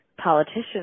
politicians